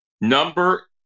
Number